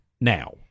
now